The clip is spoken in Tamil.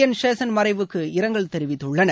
என் சேஷன் மறைவுக்கு இரங்கல் தெரிவித்துள்ளனர்